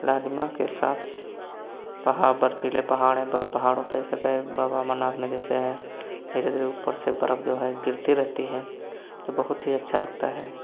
लालिमा के साथ पहाड़ बर्फीले पहाड़ हैं ब पहाड़ों पे सके बाबा अमरनाथ में जैसे है धीरे धीरे ऊपर से बर्फ जो है गिरती रहती है तो बहुत ही अच्छा लगता है